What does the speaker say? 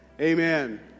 amen